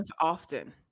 often